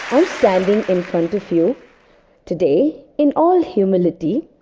standing in front of you today in all humility,